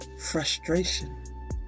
Frustration